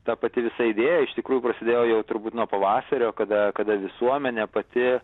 ta pati visa idėja iš tikrųjų prasidėjo jau turbūt nuo pavasario kada kada visuomenė pati